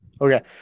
Okay